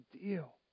deal